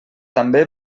també